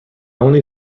only